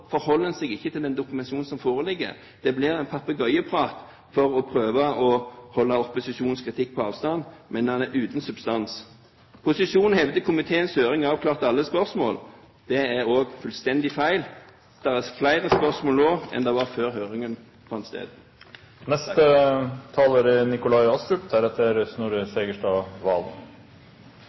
forholder en seg ikke til den dokumentasjonen som foreligger. Det blir papegøyeprat for å prøve å holde opposisjonens kritikk på avstand, men den er uten substans. Posisjonen hevder at komiteens høring avklarte alle spørsmål. Det er også fullstendig feil. Det er flere spørsmål nå enn det var før høringen fant sted.